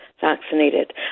vaccinated